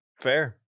Fair